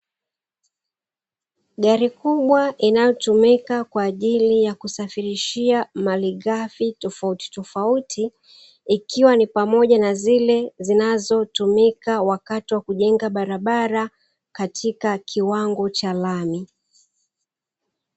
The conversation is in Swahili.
Gari kubwa inayotumika kwa ajili ya kusafirishia malighafi tofautitofauti, ikiwa ni pamoja na zile zinazotumika wakati wa kujenga barabara katika kiwango cha lami.